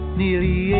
nearly